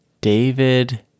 David